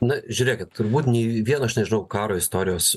na žiūrėkit turbūt nei vieno aš nežinau karo istorijos